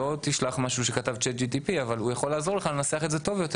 לא תשלח משהו שכתב צאט GPT אבל הוא יכול לעזור לך לנסח את זה טוב יותר.